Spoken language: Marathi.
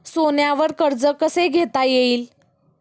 सोन्यावर कर्ज कसे घेता येईल?